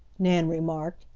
nan remarked,